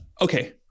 Okay